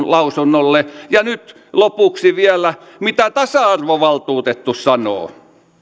lausunnoille ja nyt lopuksi vielä mitä tasa arvovaltuutettu sanoo